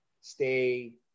stay